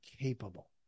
capable